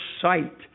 sight